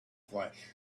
flesh